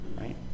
right